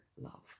love